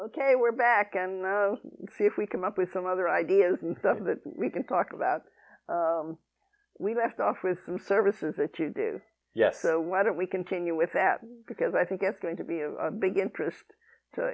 ok we're back and see if we come up with some other ideas and stuff that we can talk about we left off with the services that you do yes so why don't we continue with that because i think that's going to be a big interest